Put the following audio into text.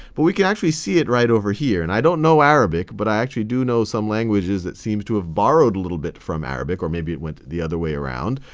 but we can actually see it right over here, and i don't know arabic, but i actually do know some languages that seems to have borrowed a little bit from arabic, or maybe it went the other way around.